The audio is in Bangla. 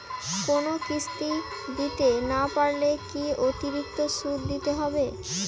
কোনো কিস্তি দিতে না পারলে কি অতিরিক্ত সুদ দিতে হবে?